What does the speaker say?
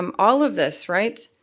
um all of this, right?